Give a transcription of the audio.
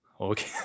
Okay